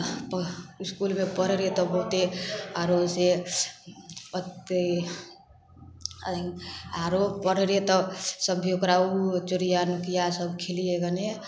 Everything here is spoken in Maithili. इसकुलमे पढ़ै रहिए तऽ बहुत्ते आरो से एत्ते आरो पढ़े रहिए तऽ सब भी ओकरा ओ चोरियाँ नुकियाँ सब खेलिए गने